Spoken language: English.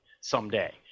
someday